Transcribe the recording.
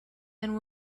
and